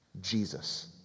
Jesus